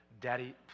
Daddy